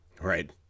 Right